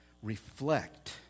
Reflect